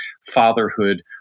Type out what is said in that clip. fatherhood